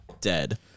dead